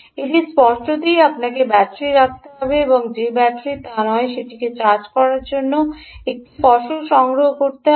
এটি স্পষ্টতই আপনাকে ব্যাটারি রাখতে হবে এবং যে ব্যাটারি তা নয় সেটিকে চার্জ করার জন্য একটি ফসল সংগ্রহ করতে হবে